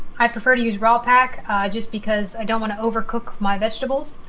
i prefer to use raw pack just because i don't want to overcook my vegetables,